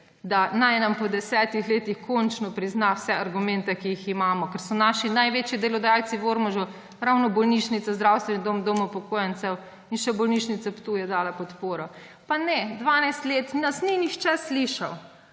da naj nam po 10 letih končno prizna vse argumente, ki jih imamo. Ker so naši največji delodajalci v Ormožu ravno bolnišnica, zdravstveni dom, dom upokojencev, in še bolnišnica Ptuj je dala podporo. Pa ne, 12 let nas nihče ni slišal.